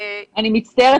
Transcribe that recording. אני מצטערת.